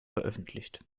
veröffentlicht